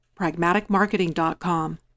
pragmaticmarketing.com